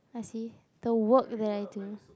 I see the work that I to